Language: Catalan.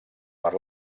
per